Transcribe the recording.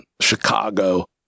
Chicago